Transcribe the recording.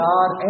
God